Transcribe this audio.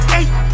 eight